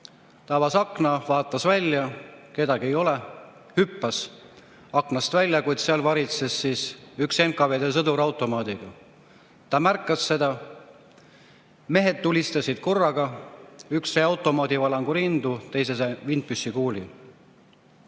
Ta avas akna, vaatas välja, ega kedagi ei ole. Hüppas aknast välja, kuid seal varitses üks NKVD sõdur automaadiga. Ta märkas seda. Mehed tulistasid korraga, üks sai automaadivalangu rindu, teine sai vintpüssikuuli.